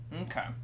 Okay